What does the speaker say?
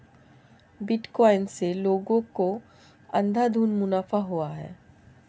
bitcoin से लोगों को अंधाधुन मुनाफा हुआ है